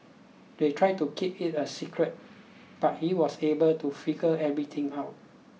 they tried to keep it a secret but he was able to figure everything out